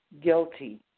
Guilty